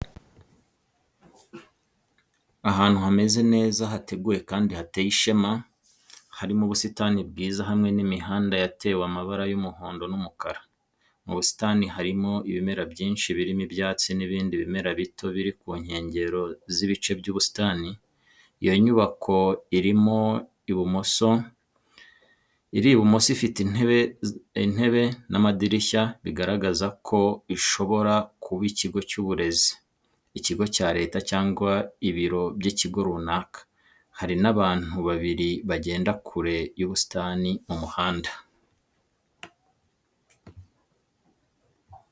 Ahantu hameze neza, hateguwe kandi hateye ishema, harimo ubusitani bwiza hamwe n'imihanda yatewe amabara y'umuhondo n'umukara. Mu busitani harimo ibimera byinshi, birimo ibyatsi n'ibindi bimera bito biri ku nkengero z'ibice by'ubusitani. Iyo nyubako iri ibumoso, ifite intebe z'amadirishya, bigaragaza ko bishobora kuba ikigo cy'uburezi, ikigo cya Leta, cyangwa ibiro by'ikigo runaka. Hari n'abantu babiri bagenda kure y'ubusitani mu muhanda.